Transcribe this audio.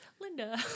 Linda